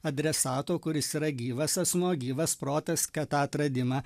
adresato kuris yra gyvas asmuo gyvas protas kad tą atradimą